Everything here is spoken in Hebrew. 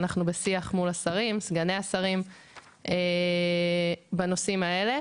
אנחנו בשיח מול השרים וסגני השרים בנושאים האלה.